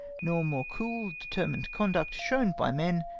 nor more cool determined conduct shown by men,